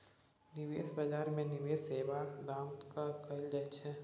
निबेश बजार मे निबेश सेबाक दाम तय कएल जाइ छै